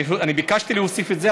אני ביקשתי להוסיף את זה,